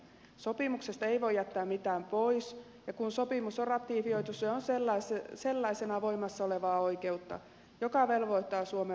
sopimuksesta ei voi jättää mitään pois ja kun sopimus on ratifioitu se on sellaisena voimassa olevaa oikeutta joka velvoittaa suomen valtiota